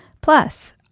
Plus